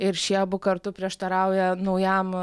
ir šie abu kartu prieštarauja naujam